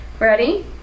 Ready